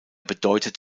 bedeutet